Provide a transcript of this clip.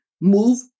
move